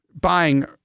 buying